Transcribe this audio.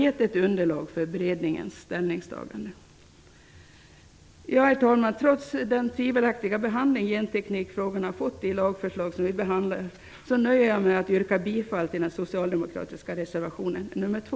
Trots den tvivelaktiga behandling genteknikfrågorna fått i det lagförslag som vi nu behandlar, nöjer jag mig med att yrka bifall till den socialdemokratiska reservationen nr 2.